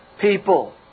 people